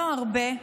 לא הרבה,